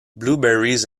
blueberries